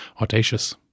audacious